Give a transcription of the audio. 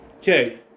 Okay